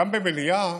גם במליאה.